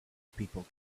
people